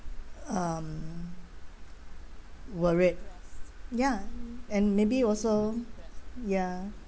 um worried ya and maybe also ya